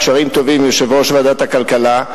קשרים טובים עם יושב-ראש ועדת הכלכלה,